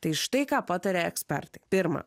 tai štai ką pataria ekspertai pirma